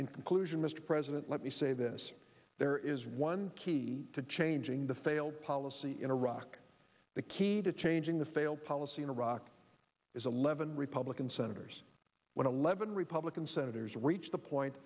in conclusion mr president let me say this there is one key to changing the failed policy in iraq the key to changing the failed policy in iraq is eleven republican senators when eleven republican senators reached the point